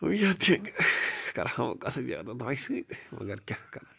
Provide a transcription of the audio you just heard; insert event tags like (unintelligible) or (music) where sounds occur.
(unintelligible) کَرٕ ہاو کَتھٕ زیادٕ تۅہہِ سۭتۍ مگر کیٛاہ کَرٕ